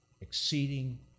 exceeding